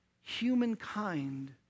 humankind